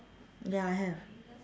ya have